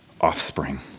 offspring